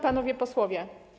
Panowie Posłowie!